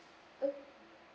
okay